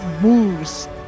moves